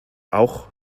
auch